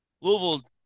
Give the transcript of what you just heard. Louisville